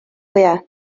fwyaf